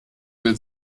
will